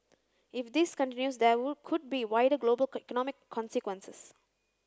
if this continues there would could be wider global economic consequences